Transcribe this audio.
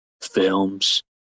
films